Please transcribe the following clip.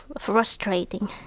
frustrating